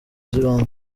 z’ibanze